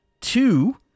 Two